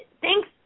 Thanks